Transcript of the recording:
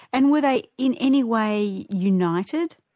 and were they in any way united?